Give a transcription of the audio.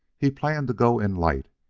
he planned to go in light,